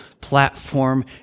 platform